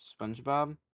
SpongeBob